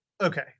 Okay